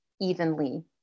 evenly